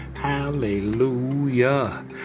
Hallelujah